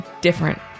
different